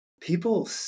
people